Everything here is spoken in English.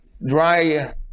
dry